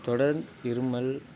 தொடர் இருமல்